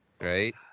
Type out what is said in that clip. Right